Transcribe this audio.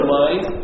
mind